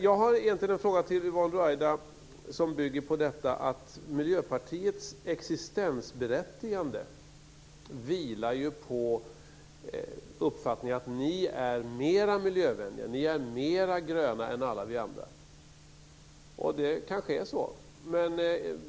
Jag har en fråga till Yvonne Ruwaida som gäller att Miljöpartiets existensberättigande vilar på uppfattningen att ni är mer miljövänliga och mer gröna än alla vi andra. Det kanske är så.